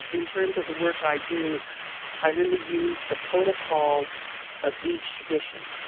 in terms of the work i do i really use the protocol of each tradition.